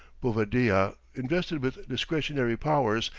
bovadilla, invested with discretionary powers,